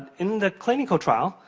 in the clinical trial,